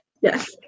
Yes